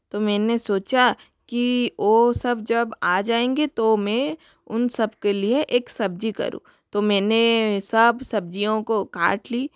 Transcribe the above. तो मैंने सोचा कि वो सब जब आ जाएंगे तो मैं उन सब के लिए एक सब्ज़ी करूँ तो मैंने सब सब्ज़ियों को काट ली